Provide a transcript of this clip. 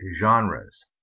genres